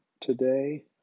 today